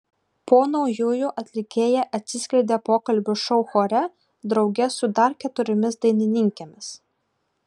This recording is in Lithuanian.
po naujųjų atlikėja atsiskleidė pokalbių šou chore drauge su dar keturiomis dainininkėmis